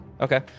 okay